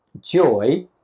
joy